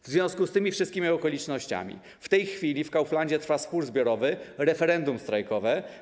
W związku z tymi wszystkimi okolicznościami w tej chwili w Kauflandzie trwa spór zbiorowy, referendum strajkowe.